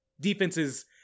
defenses